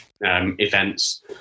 events